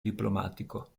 diplomatico